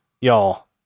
y'all